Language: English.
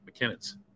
McKinnon's